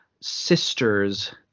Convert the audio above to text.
sisters